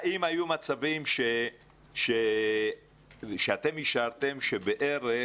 האם היו מצבים שאתם אישרתם שבערך